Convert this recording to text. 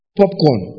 popcorn